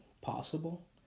possible